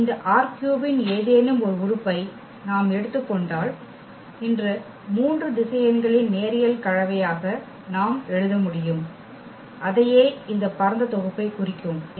இந்த ℝ3 இன் ஏதேனும் ஒரு உறுப்பை நாம் எடுத்துக் கொண்டால் இந்த மூன்று திசையன்களின் நேரியல் கலவையாக நாம் எழுத முடியும் அதையே இந்த பரந்த தொகுப்பைக் குறிக்கிறோம்